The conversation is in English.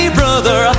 brother